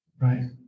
right